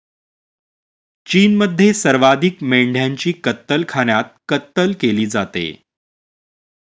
चीनमध्ये सर्वाधिक मेंढ्यांची कत्तलखान्यात कत्तल केली जाते